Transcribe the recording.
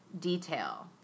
detail